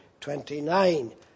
29